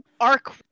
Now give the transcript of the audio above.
arc